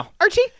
Archie